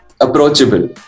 approachable